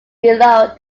below